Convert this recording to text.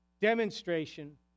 demonstration